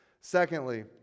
Secondly